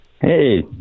Hey